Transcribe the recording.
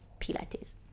Pilates